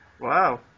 Wow